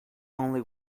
only